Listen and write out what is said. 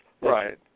right